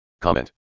Comment